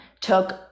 took